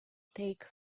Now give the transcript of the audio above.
take